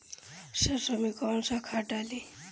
सरसो में कवन सा खाद डाली?